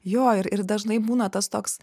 jo ir ir dažnai būna tas toks